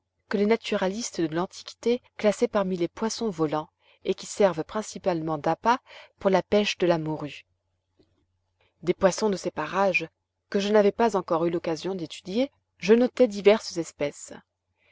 que les naturalistes de l'antiquité classaient parmi les poissons volants et qui servent principalement d'appât pour la pêche de la morue des poissons de ces parages que je n'avais pas encore eu l'occasion d'étudier je notai diverses espèces